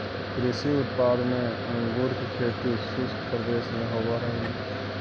कृषि उत्पाद में अंगूर के खेती शुष्क प्रदेश में होवऽ हइ